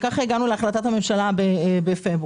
וכך הגענו להחלטת הממשלה בפברואר.